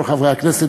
כל חברי הכנסת,